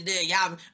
y'all